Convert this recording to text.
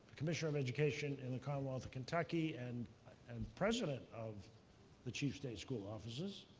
commissioner of education in the commonwealth of kentucky and and president of the chief state school officers.